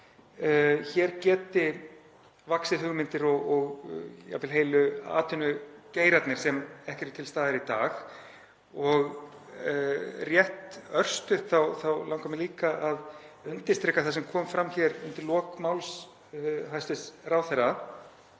hér geti vaxið hugmyndir og jafnvel heilu atvinnugeirarnir sem ekki eru til staðar í dag. Rétt örstutt þá langar mig líka að undirstrika það sem kom fram undir lok máls hæstv. ráðherra